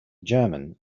german